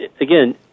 Again